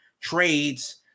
trades